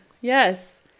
yes